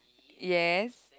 yes